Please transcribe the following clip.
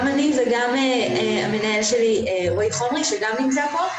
גם אני וגם המנהל שלי, מר חורש שגם נמצא כאן,